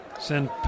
send